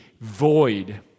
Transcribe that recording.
void